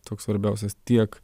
toks svarbiausias tiek